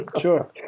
Sure